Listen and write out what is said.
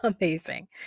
amazing